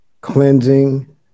cleansing